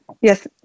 Yes